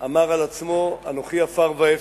אמר על עצמו: אנוכי עפר ואפר.